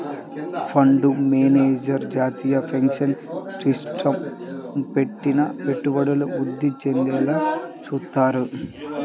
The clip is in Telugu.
ఫండు మేనేజర్లు జాతీయ పెన్షన్ సిస్టమ్లో పెట్టిన పెట్టుబడులను వృద్ధి చెందేలా చూత్తారు